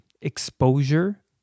exposure